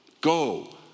Go